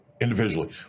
individually